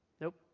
Nope